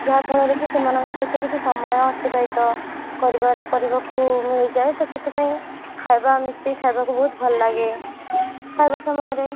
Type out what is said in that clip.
ଯାହାଫଳରେ କି ସେମାନଙ୍କ ସହିତ କିଛି ସମୟ ଅତିବାହିତ କରିବାରେ କରିବାକୁ ମିଳିଯାଏ ତ ସେଥିପାଇଁ ଖାଇବା ମିଶିକି ଖାଇବାକୁ ବହୁତ ଭଲଲାଗେ ଖାଇବା ସମୟରେ